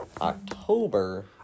October